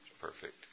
perfect